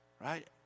Right